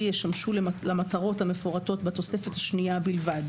ישמשו למטרות המפורטות בתוספת השנייה בלבד.